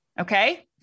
Okay